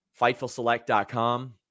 FightfulSelect.com